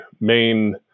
main